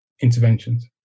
interventions